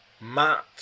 Matt